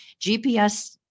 gps